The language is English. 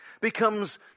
becomes